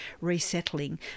resettling